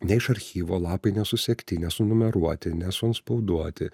ne iš archyvo lapai nesusekti nesunumeruoti nesuantspauduoti